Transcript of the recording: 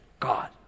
God